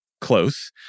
close